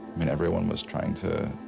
and everyone was trying to